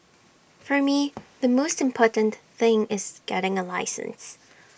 for me the most important thing is getting A license